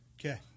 Okay